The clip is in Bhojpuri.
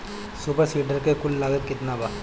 सुपर सीडर के कुल लागत केतना बा?